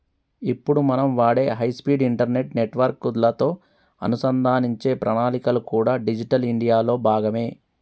ఇప్పుడు మనం వాడే హై స్పీడ్ ఇంటర్నెట్ నెట్వర్క్ లతో అనుసంధానించే ప్రణాళికలు కూడా డిజిటల్ ఇండియా లో భాగమే